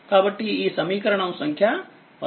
కాబట్టి ఈ సమీకరణం సంఖ్య 13